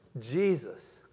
Jesus